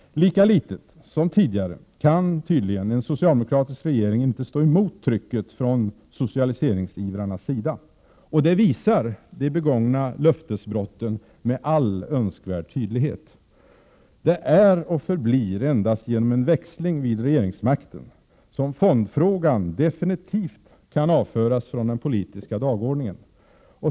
Lika litet som tidigare kan tydligen en socialdemokratisk regering stå emot trycket från socialiseringsivrarnas sida. Det visar de begångna löftesbrotten med all önskvärd tydlighet. Det är och förblir endast genom en växling vid regeringsmakten som fondfrågan definitivt kan avföras från den politiska dagordningen.